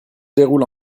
déroule